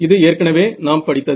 இது ஏற்கனவே நாம் படித்தது